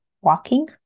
walking